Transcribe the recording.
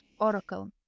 Oracle